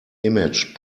image